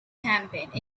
campaign